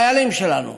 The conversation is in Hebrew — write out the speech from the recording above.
החיילים שלנו,